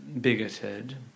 bigoted